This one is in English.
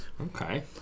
Okay